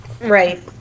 right